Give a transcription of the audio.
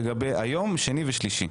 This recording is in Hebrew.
לגבי היום, שני ושלישי.